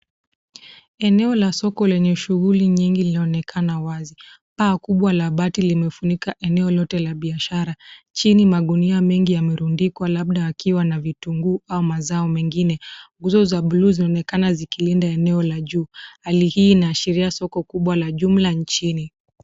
Eneo la soko lenye shughuli nyingi linaonekana wazi. Paa kubwa ya mabati limefunika eneo lote la biashara. Chini magunia mengi yamerundikwa labda yakiwa na vitunguu au mazao mengine. Nguzo za buluu zinaonekana zikilinda eneo la juu. Hali hii inaashiria soko kubwa la jumla nchini.